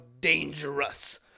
dangerous